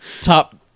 Top